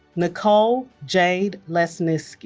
nicole jade lesniewicz